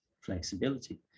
flexibility